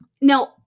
Now